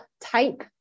type